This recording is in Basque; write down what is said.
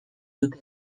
dute